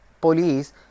police